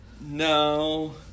No